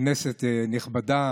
כנסת נכבדה,